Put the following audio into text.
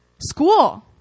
school